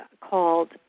called